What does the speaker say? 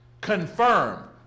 Confirm